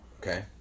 Okay